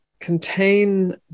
contain